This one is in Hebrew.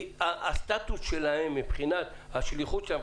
כי הסטטוס שלהם מבחינת השליחות שלהם,